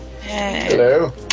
Hello